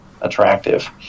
attractive